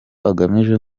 agamije